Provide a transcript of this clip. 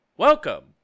Welcome